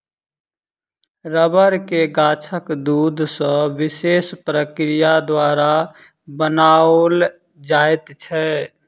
रबड़ के गाछक दूध सॅ विशेष प्रक्रिया द्वारा बनाओल जाइत छै